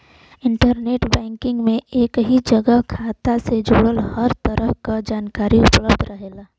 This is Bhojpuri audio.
इंटरनेट बैंकिंग में एक ही जगह खाता से जुड़ल हर तरह क जानकारी उपलब्ध रहेला